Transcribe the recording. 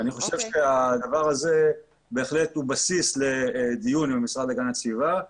אני חושב שהדבר הזה הוא בסיס לדיון עם המשרד להגנת הסביבה.